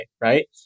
right